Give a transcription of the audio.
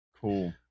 Cool